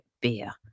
beer